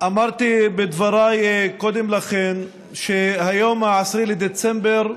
אמרתי בדבריי קודם לכן שהיום, 10 בדצמבר,